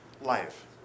life